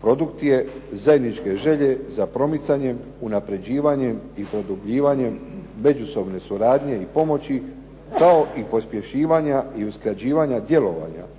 produkt je zajedničke želje za promicanje, unaprjeđivanjem i produbljivanjem međusobne suradnje i pomoći, kao i pospješivanja i usklađivanja djelovanja